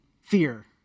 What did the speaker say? fear